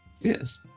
Yes